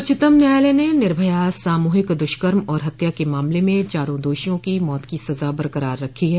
उच्चतम न्याययालय ने निर्भया सामूहिक दुष्कर्म और हत्या के मामले में चारों दोषियों की मौत की सजा बरकरार रखी है